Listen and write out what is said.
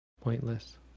pointless